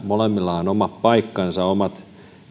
molemmilla on oma paikkansa ja omat